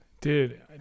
Dude